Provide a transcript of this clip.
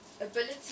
ability